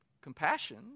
compassion